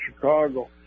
Chicago